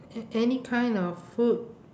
a~ any kind of food